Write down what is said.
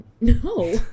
No